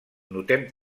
notem